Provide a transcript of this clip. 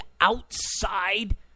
outside